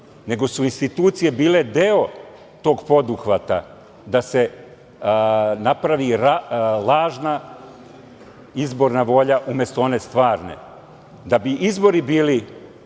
nego su institucije bile deo tog poduhvata da se napravi lažna izborna volja, umesto one stvarne. Da bi izbori bili